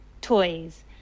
toys